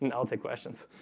and i'll take questions